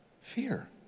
fear